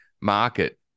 market